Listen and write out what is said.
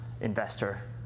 investor